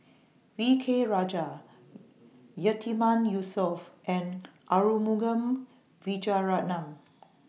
V K Rajah Yatiman Yusof and Arumugam Vijiaratnam